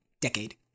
decade